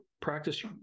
practice